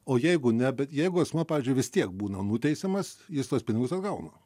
o jeigu ne bet jeigu asmuo pavyzdžiui vis tiek būna nuteisiamas jis tuos pinigus atgauna